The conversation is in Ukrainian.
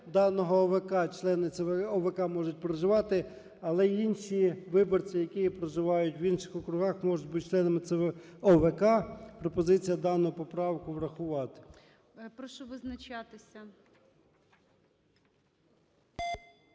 даного ОВК, члени ОВК можуть проживати, але і інші виборці, які проживають в інших округах, можуть бути членами ОВК. Пропозиція дану поправку врахувати. ГОЛОВУЮЧИЙ. Прошу визначатися.